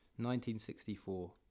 1964